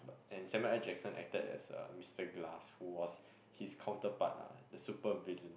and Samuel-L-Jackson acted as uh Mister Glass who was his counterpart ah the super villian